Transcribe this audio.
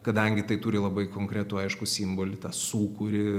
kadangi tai turi labai konkretų aiškų simbolį tą sūkurį